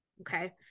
okay